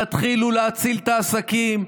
תתחילו להציל את העסקים,